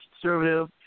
conservative